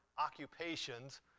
occupations